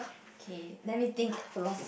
okay let me think philo~